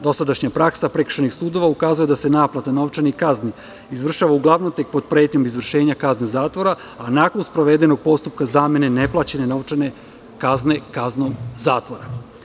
Dosadašnja praksa prekršajnih sudova ukazuje da se naplata novčanih kazni izvršava uglavnom tek pod pretnjom izvršenja kazni zatvora, a nakon sprovedenog postupka zamene neplaćene novčane kazne kaznom zatvora.